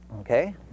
okay